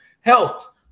health